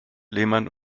lehmann